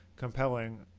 compelling